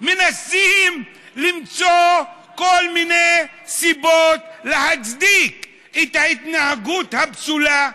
מנסים למצוא כל מיני סיבות להצדיק את ההתנהגות הפסולה,